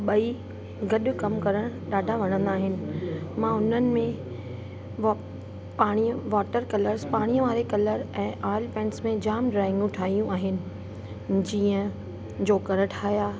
ॿई गॾु कमु करण ॾाढा वणंदा आहिनि मां उन्हनि में वॉ पाणीअ वॉटर पाणी वारे कलर ऐं ऑइल पेंट्स में जाम ड्रॉइंगू ठाहियूं आहिनि जीअं जोकर ठाहियां